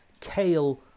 kale